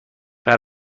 زیرا